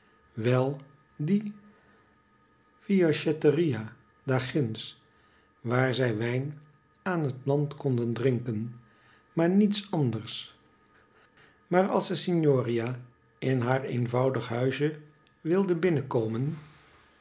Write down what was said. wel die fiaschetteria daar ginds waar zij wijn van het land konden drinken maar niets anders maar als de signoria in haar eenvoudig huisje wilden binnenkomen